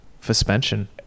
Suspension